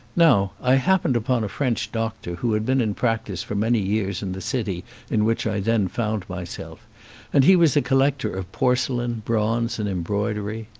now, i happened upon a french doctor who had been in practice for many years in the city in which i then found myself and he was a collector of porcelain, bronze, and embroidery.